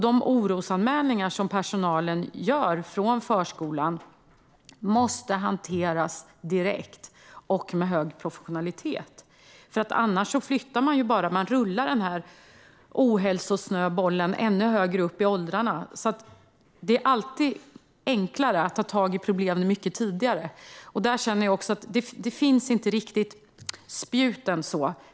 De orosanmälningar som personalen från förskolan gör måste därför hanteras direkt och med stor professionalitet. Annars rullar man denna ohälsosnöboll ännu högre upp i åldrarna. Det är alltid enklare att ta tag i problemen mycket tidigare. Jag känner att spjuten inte riktigt finns.